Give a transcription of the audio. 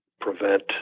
prevent